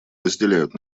разделяют